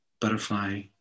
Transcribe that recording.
butterfly